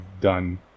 done